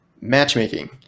Matchmaking